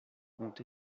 ont